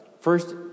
first